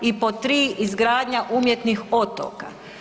I pod tri – izgradnja umjetnih otoka.